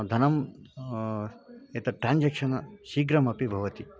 धनं एतत् ट्राञ्जेक्षन् शीघ्रमपि भवति